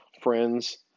friends